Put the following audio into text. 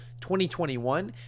2021